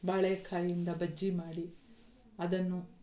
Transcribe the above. ಬಾಳೆಕಾಯಿಯಿಂದ ಬಜ್ಜಿ ಮಾಡಿ ಅದನ್ನು